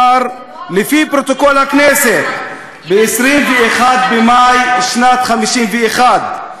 לפי פרוטוקול הכנסת ב-21 במאי שנת 1951. זה לא הדבר הכי טוב,